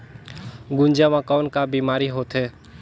गुनजा मा कौन का बीमारी होथे?